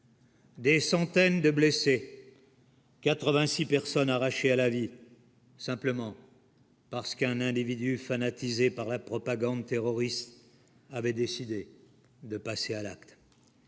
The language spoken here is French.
Des centaines de blessés 80 6 personnes arrachés à la vie, tout simplement. Parce qu'un individu fanatisés par la propagande terroriste avait décidé de passer à l'acte